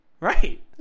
Right